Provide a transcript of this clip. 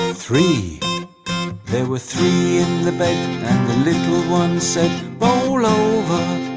ah three there were three in the bed and the little one said roll over,